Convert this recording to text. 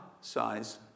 size